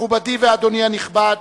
מכובדי ואדוני הנכבד,